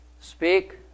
Speak